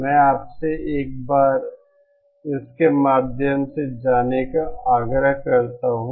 मैं आपसे एक बार इसके माध्यम से जाने का आग्रह करता हूं